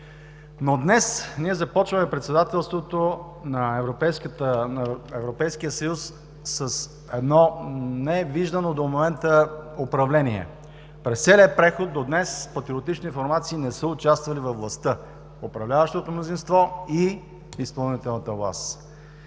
Но днес ние започваме Председателството на Европейския съюз с едно невиждано до момента управление. През целия преход до днес патриотични формации не са участвали във властта, в управляващото мнозинство и в изпълнителната власт.